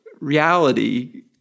reality